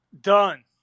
done